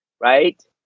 right